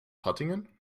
hattingen